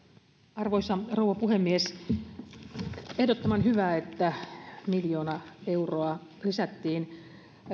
arvoisa rouva puhemies on ehdottoman hyvä että miljoona euroa lisättiin